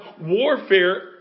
warfare